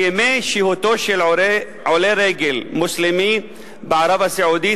כי ימי שהותו של עולה רגל מוסלמי בערב-הסעודית